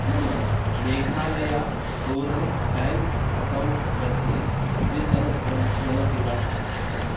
मम Meghalaya rural bank account मध्ये द्विसहस्रं भवति वा